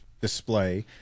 display